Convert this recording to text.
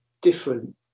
different